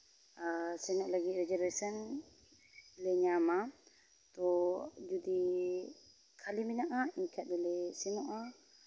ᱥᱮᱱᱚᱜ ᱞᱟᱹᱜᱤᱫ ᱨᱤᱡᱟᱨᱵᱷᱮᱥᱮᱱ ᱞᱮ ᱧᱟᱢᱟ ᱛᱳ ᱡᱩᱫᱤ ᱠᱷᱟᱹᱞᱤ ᱢᱮᱱᱟᱜᱼᱟ ᱮᱱᱠᱷᱟᱡ ᱫᱚᱞᱮ ᱥᱮᱱᱚᱜᱼᱟ